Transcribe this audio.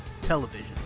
television